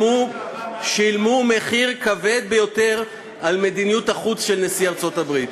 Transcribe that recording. שילמו מחיר כבד ביותר על מדיניות החוץ של נשיא ארצות-הברית.